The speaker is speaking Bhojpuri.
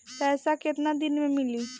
पैसा केतना दिन में मिली?